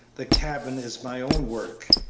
the cabin is my own work.